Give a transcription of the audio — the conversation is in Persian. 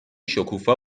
شکوفا